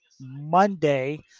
Monday